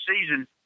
season